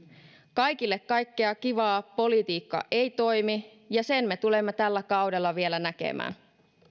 kaikille kaikkea kivaa politiikka ei toimi ja sen me tulemme tällä kaudella vielä näkemään